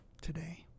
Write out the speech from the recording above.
today